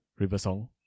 Riversong